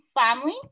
family